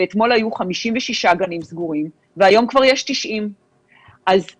ואתמול היו 56 גנים סגורים והיום יש כבר 90. אז,